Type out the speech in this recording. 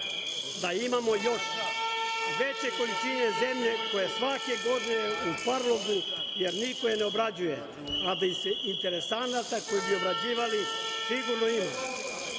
da imamo još veće količine zemlje koja je svake godine u parlogu jer niko je ne obrađuje, a da interesenata koji bi je obrađivali sigurno ima.